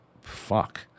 fuck